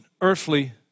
earthly